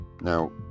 Now